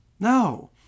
No